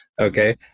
okay